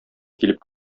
килеп